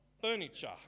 furniture